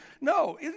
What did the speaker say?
No